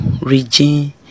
region